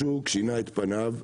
השוק שינה את פניו,